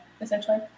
Essentially